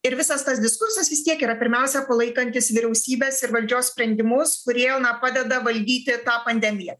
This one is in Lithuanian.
ir visas tas diskursas vis tiek yra pirmiausia palaikantis vyriausybės ir valdžios sprendimus kurie padeda valdyti tą pandemiją